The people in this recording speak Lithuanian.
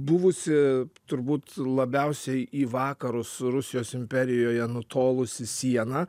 buvusi turbūt labiausiai į vakarus rusijos imperijoje nutolusi siena